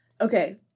Okay